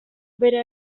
bera